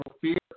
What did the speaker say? fear